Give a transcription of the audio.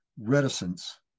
reticence